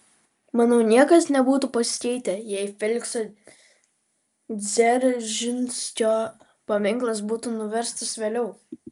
manau niekas nebūtų pasikeitę jei felikso dzeržinskio paminklas būtų nuverstas vėliau